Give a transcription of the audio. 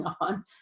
on